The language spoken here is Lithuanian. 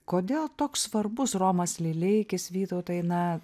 kodėl toks svarbus romas lileikis vytautai na